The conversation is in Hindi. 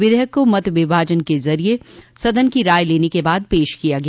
विधेयक को मत विभाजन के जरिये सदन की राय लेने के बाद पेश किया गया